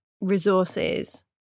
resources